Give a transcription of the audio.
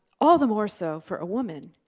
all the more so for a woman.